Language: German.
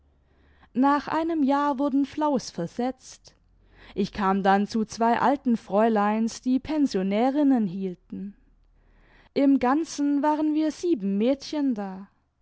nach einem jahr wurden flaus versetzt ich kam dann zu zwei alten fräuleins die pensionärinnen hielten im ganzen waren wir sieben mädchen da